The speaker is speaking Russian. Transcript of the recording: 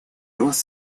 рост